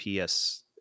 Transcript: PS